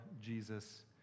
Jesus